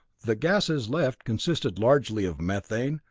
the gases left consisted largely of methane,